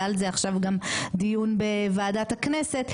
והיה על זה עכשיו דיון בוועדת הכנסת,